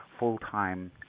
full-time